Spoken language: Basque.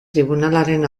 tribunalaren